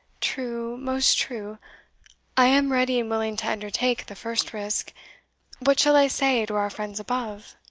true, most true i am ready and willing to undertake the first risk what shall i say to our friends above?